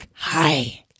Hi